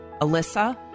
Alyssa